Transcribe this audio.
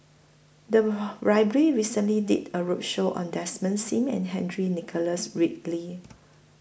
The Library recently did A roadshow on Desmond SIM and Henry Nicholas Ridley